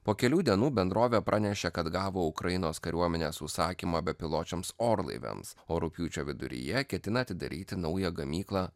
po kelių dienų bendrovė pranešė kad gavo ukrainos kariuomenės užsakymą bepiločiams orlaiviams o rugpjūčio viduryje ketina atidaryti naują gamyklą